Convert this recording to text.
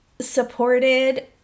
supported